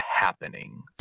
happening